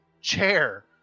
chair